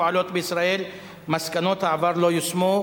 פועלות בישראל: מסקנות עבר לא יושמו.